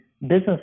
business